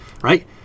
Right